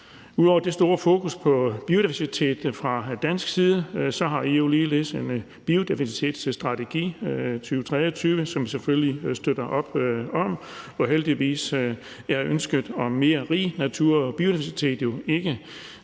Ud over det store fokus på biodiversitet fra dansk side har EU ligeledes en biodiversitetsstrategi fra 2023, som vi selvfølgelig støtter op om, og heldigvis er ønsket om en mere rig natur og biodiversitet ikke